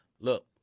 Look